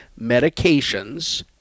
medications